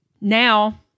now